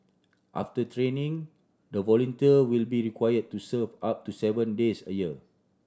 after training the volunteer will be required to serve up to seven days a year